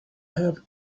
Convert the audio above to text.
have